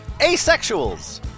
Asexuals